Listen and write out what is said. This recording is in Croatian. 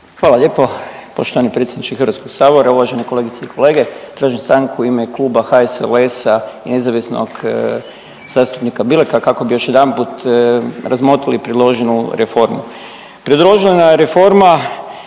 Hvala lijepo poštovani predsjedniče Hrvatskog sabora, uvažene kolegice i kolege. Tražim stanku u ime Kluba HSLS-a i nezavisnog zastupnika Bileka kako bi još jedanput razmotrili predloženu reformu.